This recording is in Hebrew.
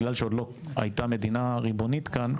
בגלל שעוד לא הייתה מדינה ריבונית כאן,